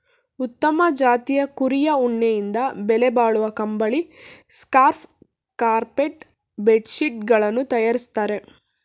ಉತ್ತಮ ಜಾತಿಯ ಕುರಿಯ ಉಣ್ಣೆಯಿಂದ ಬೆಲೆಬಾಳುವ ಕಂಬಳಿ, ಸ್ಕಾರ್ಫ್ ಕಾರ್ಪೆಟ್ ಬೆಡ್ ಶೀಟ್ ಗಳನ್ನು ತರಯಾರಿಸ್ತರೆ